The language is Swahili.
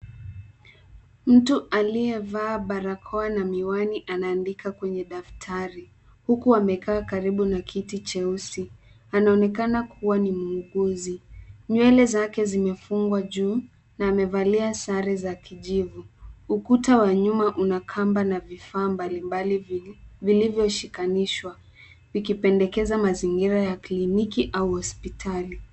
Mtu aliyevaa barakoa na miwani anaandika kwenye daftari huku amekaa karibu na kiti cheusi. Anaonekana kuwa ni muuguzi. Nywele zake zimefungwa juu na amevalia sare za kijivu. Ukuta wa nyuma una kamba na vifaa mbalimbali vilivyoshikanishwa vikipendekeza mazingira ya kliniki au hospitali.